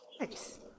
Nice